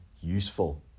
useful